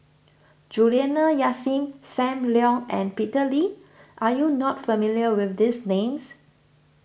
Juliana Yasin Sam Leong and Peter Lee are you not familiar with these names